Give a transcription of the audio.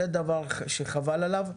זה דבר שחבל עליו.